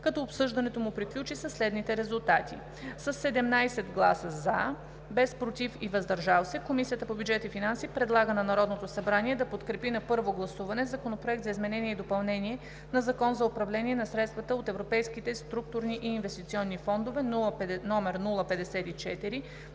като обсъждането му приключи със следните резултати: със 17 гласа „за“, без „против“ и „въздържал се“ Комисията по бюджет и финанси предлага на Народното събрание да подкрепи на първо гласуване Законопроект за изменение и допълнение на Закона за управление на средствата от Европейските структурни и инвестиционни фондове,